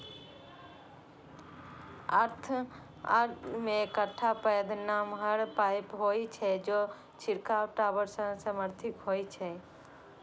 अय मे एकटा पैघ नमहर पाइप होइ छै, जे छिड़काव टावर सं समर्थित होइ छै